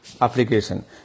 application